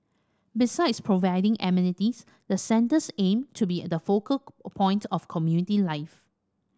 besides providing amenities the centres aim to be the focal point of community life